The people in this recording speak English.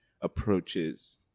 approaches